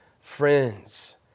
friends